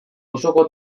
auzoko